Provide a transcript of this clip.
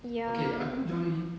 ya